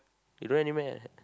you don't have already meh